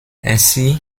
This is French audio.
ainsi